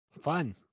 Fun